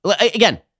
Again